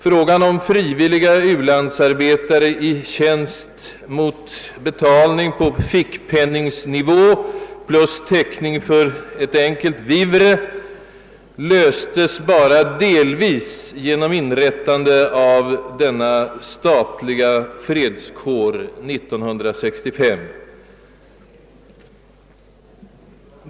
Frågan om frivilliga u-landsarbetare i tjänst mot en betalning på fickpenningsnivå plus täckning för ett enkelt vivre löstes bara delvis genom inrättande av denna statliga fredskår 1965.